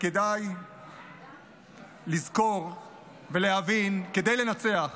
וכדאי לזכור ולהבין: כדי לנצח,